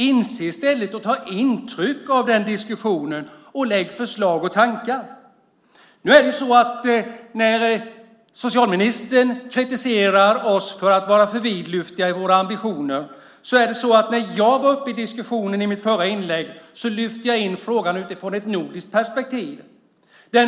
Inse problemen i stället, ta intryck av diskussionen och lägg fram förslag och tankegångar! Socialministern kritiserar oss för att vara för vidlyftiga i våra ambitioner, men när jag deltog i diskussionen med mitt förra inlägg lyfte jag in frågan utifrån ett nordiskt perspektiv.